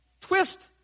twist